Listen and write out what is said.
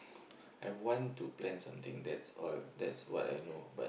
I want to plan something that's all that's what I know but